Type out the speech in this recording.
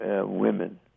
women